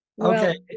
Okay